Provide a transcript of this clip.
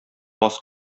баз